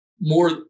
More